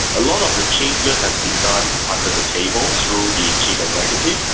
a lot of the changes have been done under the table through the chief executive.